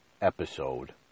episode